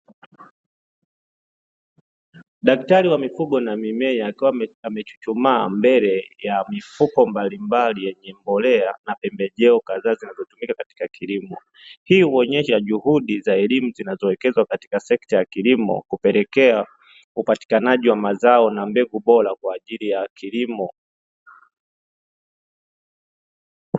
Daktari wa mifugo na mimea akiwa amechuchumaa mbele ya mifuko mbalimbali yenye mbolea na pembejeo kadhaa zinazotumika katika kilimo, hii huonyesha juhudi za elimu katika sekta ya kilimo hupelekea hupatikanaji wa mazao na mbegu bora kwa ajili ya kilimo.